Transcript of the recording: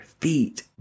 feet